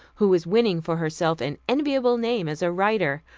who is winning for herself an enviable name as a writer.